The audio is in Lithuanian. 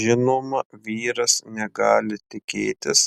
žinoma vyras negali tikėtis